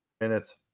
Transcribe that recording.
minutes